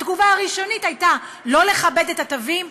התגובה הראשונית הייתה לא לכבד את התווים,